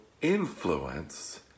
influence